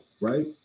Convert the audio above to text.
right